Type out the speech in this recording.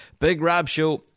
BigRabShow